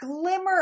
glimmer